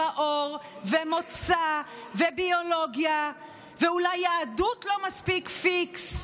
עור ומוצא וביולוגיה ואולי יהדות לא מספיק פיקס.